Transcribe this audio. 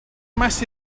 mass